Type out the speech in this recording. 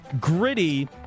gritty